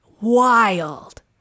Wild